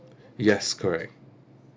yes correct